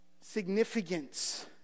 significance